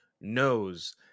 knows